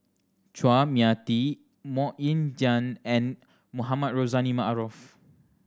Chua Mia Tee Mok Ying Jang and Mohamed Rozani Maarof